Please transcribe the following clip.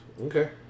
Okay